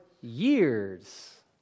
years